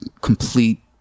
complete